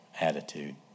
attitude